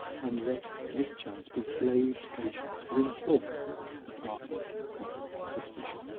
and let mischance be slave to patience bring forth the parties of suspicion.